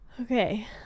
Okay